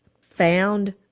found